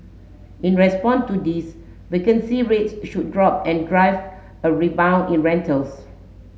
in respond to this vacancy rates should drop and drive a rebound in rentals